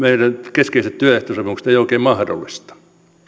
keskeiset työehtosopimuksemme oikein mahdollista